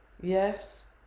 yes